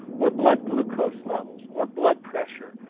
or blood glucose levels, or blood pressure,